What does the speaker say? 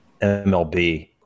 MLB